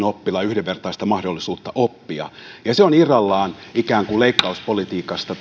oppilaan yhdenvertaista mahdollisuutta oppia se on irrallaan leikkauspolitiikasta